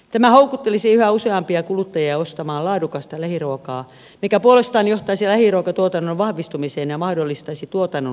tämä houkuttelisi yhä useampia kuluttajia ostamaan laadukasta lähiruokaa mikä puolestaan johtaisi lähiruokatuotannon vahvistumiseen ja mahdollistaisi tuotannon kasvattamisen